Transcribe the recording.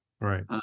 Right